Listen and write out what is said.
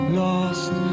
lost